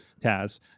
Taz